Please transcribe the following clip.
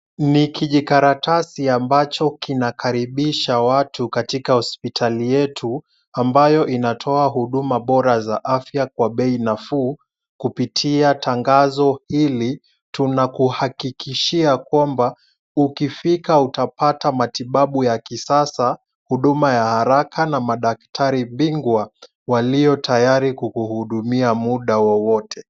Ni kijikaratasi ambacho kina karibisha watu katika hospitali yetu ambayo inatoa huduma bora za afya kwa bei nafuu kupitia tangazo hili . Tunakuhakikishia kwamba ukifika utapata matibabu ya kisasa, huduma ya haraka na madaktari bingwa waliotayari kukuhudumia muda wowote.